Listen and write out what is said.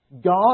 God